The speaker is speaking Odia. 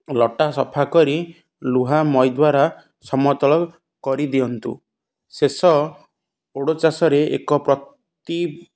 ଲଟା ସଫା କରି ଲୁହା ମଇ ଦ୍ୱାରା ସମତଳ କରିଦିଅନ୍ତୁ ଶେଷ ଓଡ଼ ଚାଷରେ ଏକ ପ୍ରତି